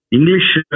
English